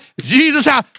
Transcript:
Jesus